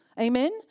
Amen